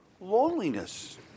loneliness